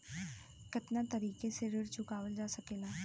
कातना तरीके से ऋण चुका जा सेकला?